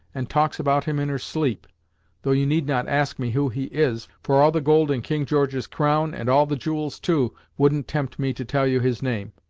and talks about him in her sleep though you need not ask me who he is, for all the gold in king george's crown, and all the jewels too, wouldn't tempt me to tell you his name.